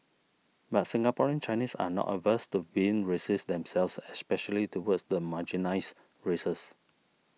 but Singaporean Chinese are not averse to being racist themselves especially towards the marginalised races